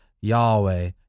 Yahweh